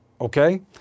okay